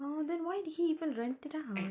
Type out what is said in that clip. oh then why did he even rent it out